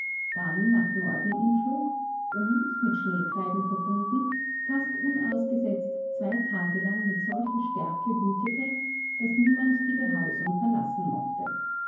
dann nach norden umschlug und mit schneetreiben verbunden fast unausgesetzt zwei tage lang mit solcher stärke wütete daß niemand die behausung verlassen mochte